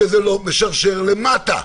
שזה לא משרשר למטה.